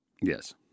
Yes